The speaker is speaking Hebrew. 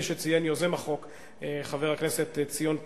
כפי שציין יוזם החוק חבר הכנסת ציון פיניאן.